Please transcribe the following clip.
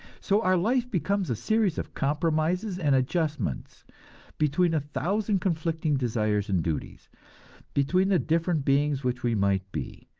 so our life becomes a series of compromises and adjustments between a thousand conflicting desires and duties between the different beings which we might be,